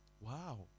Wow